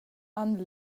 han